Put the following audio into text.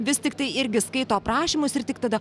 vis tiktai irgi skaito aprašymus ir tik tada